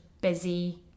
busy